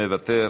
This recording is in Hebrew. מוותר,